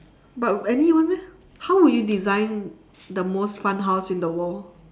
but any one meh how would you design the most fun house in the world